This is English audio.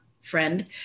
friend